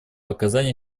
оказанию